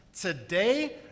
today